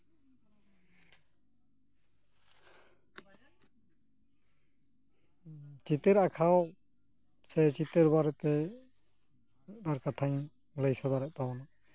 ᱪᱤᱛᱟᱹᱨ ᱟᱸᱠᱟᱣ ᱥᱮ ᱪᱤᱛᱟᱹᱨ ᱵᱟᱨᱮᱛᱮ ᱢᱤᱫ ᱵᱟᱨ ᱠᱟᱛᱷᱟᱧ ᱞᱟᱹᱭ ᱥᱚᱫᱚᱨᱮᱫ ᱛᱟᱵᱚᱱᱟ